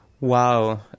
Wow